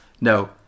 no